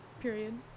period